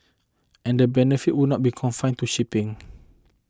and the benefits would not be confined to shipping